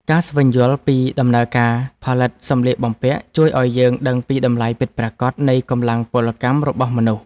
ការស្វែងយល់ពីដំណើរការផលិតសម្លៀកបំពាក់ ជួយឱ្យយើងដឹងពីតម្លៃពិតប្រាកដនៃកម្លាំងពលកម្មរបស់មនុស្ស។